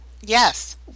Yes